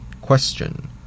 Question